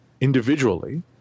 individually